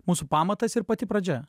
mūsų pamatas ir pati pradžia